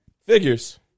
Figures